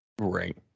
Right